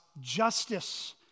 justice